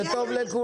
זה טוב לכולם,